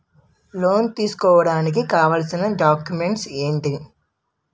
Loan తీసుకోడానికి కావాల్సిన documents ఎంటి?